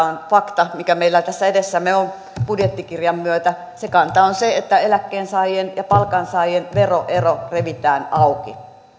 on fakta mikä meillä tässä edessämme on budjettikirjan myötä se kanta on se että eläkkeensaajien ja palkansaajien veroero revitään auki